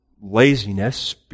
laziness